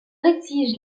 exige